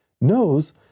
knows